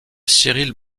cyrille